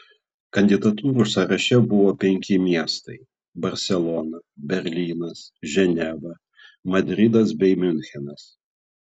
kandidatūrų sąraše buvo penki miestai barselona berlynas ženeva madridas bei miunchenas